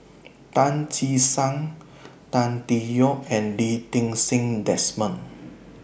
Tan Che Sang Tan Tee Yoke and Lee Ti Seng Desmond